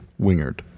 Wingard